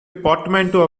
portmanteau